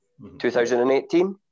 2018